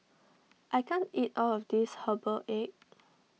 I can't eat all of this Herbal Egg